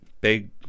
big